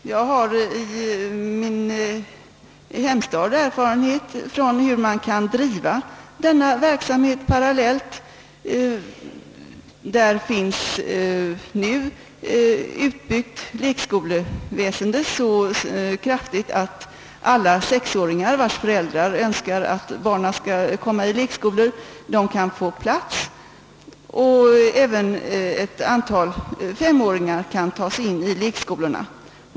Från min hemstad har jag erfarenhet av hur man kan driva denna verksamhet parallellt. Där finns nu ett utbyggt lekskoleväsende, så omfattande att alla 6-åringar, vilkas föräldrar önskar att barnen skall komma i lekskola, kan få plats, och även ett antal 5-åringar kan tas in i lekskolorna.